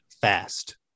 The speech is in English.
fast